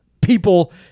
people